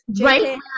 right